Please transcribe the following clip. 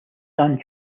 sand